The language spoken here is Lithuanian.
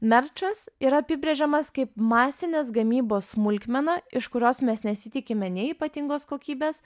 merčas yra apibrėžiamas kaip masinės gamybos smulkmena iš kurios mes nesitikime nei ypatingos kokybės